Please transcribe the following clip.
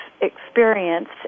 experience